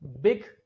big